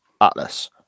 Atlas